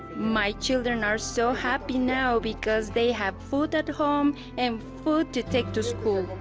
my children are so happy now because they have food at home and food to take to school.